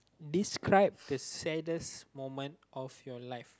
describe the saddest moment of your life